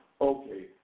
okay